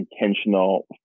intentional